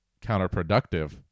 counterproductive